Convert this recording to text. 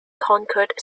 conquered